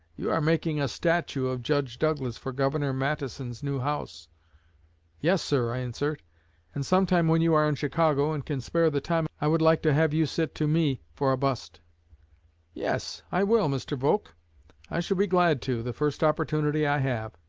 you are making a statue of judge douglas for governor matteson's new house yes, sir i answered and sometime when you are in chicago, and can spare the time, i would like to have you sit to me for bust yes, i will, mr. volk i shall be glad to, the first opportunity i have